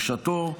בשעתו,